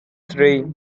three